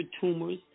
tumors